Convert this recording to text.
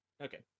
Okay